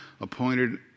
appointed